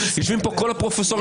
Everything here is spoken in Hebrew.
יושבים פה כל הפרופסורים,